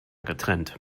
getrennt